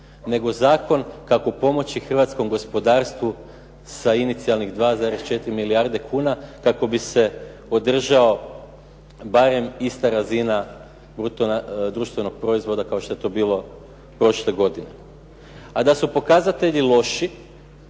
nego zakon kako pomoći hrvatskom gospodarstvu sa incijalnih 2,4 milijarde kuna kako bi se održao barem ista razina bruto društvenog proizvoda kao što je to bilo prošle godine. A da su pokazatelji loši